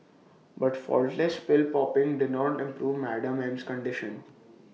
but faultless pill popping did not improve Madam M's condition